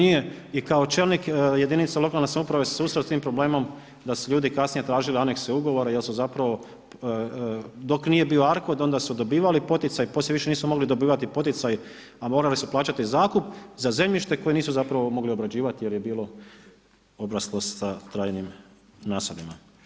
I kao čelnik jedinica lokalne samouprave sam se susreo s tim problemom da su ljudi kasnije tražili anekse ugovora jer su zapravo, dok nije bio ARKOD onda su dobivali poticaj, poslije više nisu mogli dobivati poticaj a morali su plaćati zakup za zemljište koje nisu zapravo mogli obrađivati jer je bilo obraslo sa trajnim nasadima.